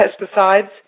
pesticides